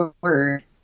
word